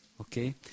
Okay